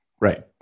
Right